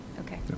Okay